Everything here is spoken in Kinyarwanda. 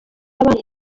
abantu